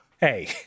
Hey